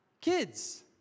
kids